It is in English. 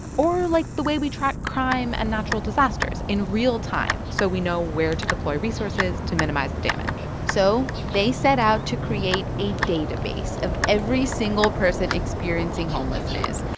or like the way we track crime and natural disasters in real time so we know where to deploy resources to minimize the damage so they set out to create a database of every single person experiencing homelessness,